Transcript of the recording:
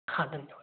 हा धन्यवाद